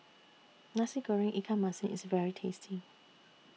Nasi Goreng Ikan Masin IS very tasty